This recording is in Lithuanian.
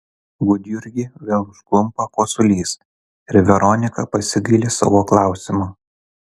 gudjurgį vėl užklumpa kosulys ir veronika pasigaili savo klausimo